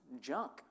junk